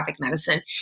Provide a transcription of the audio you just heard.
medicine